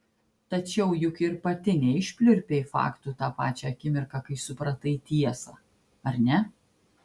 tačiau juk ir pati neišpliurpei faktų tą pačią akimirką kai supratai tiesą ar ne